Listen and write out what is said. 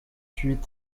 huit